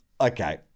Okay